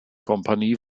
kompanie